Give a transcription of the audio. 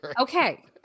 Okay